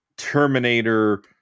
terminator